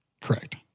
correct